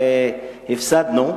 והפסדנו.